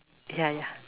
ya ya